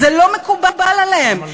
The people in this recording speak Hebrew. זה לא מקובל עליהם,